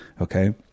okay